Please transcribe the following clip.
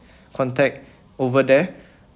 contact over there